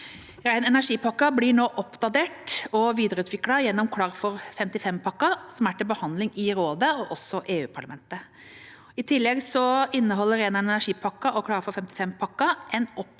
Ren energi-pakken blir nå oppdatert og videreutviklet gjennom Klar for 55-pakken som er til behandling i Rådet og EU-parlamentet. I tillegg inneholder Ren energi-pakken og Klar for 55-pakken en oppdatering